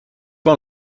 one